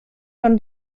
pan